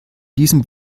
diesem